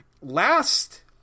last